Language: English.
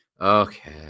Okay